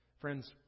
Friends